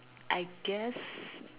I guess